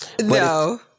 No